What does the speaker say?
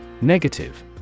Negative